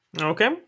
okay